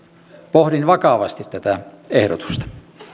pohdin vakavasti tätä ehdotusta